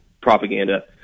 propaganda